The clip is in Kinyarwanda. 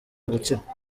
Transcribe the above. gukira